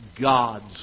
Gods